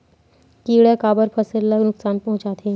किड़ा काबर फसल ल नुकसान पहुचाथे?